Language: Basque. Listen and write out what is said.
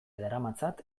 daramatzat